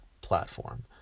platform